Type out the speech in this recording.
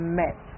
met